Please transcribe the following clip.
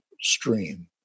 stream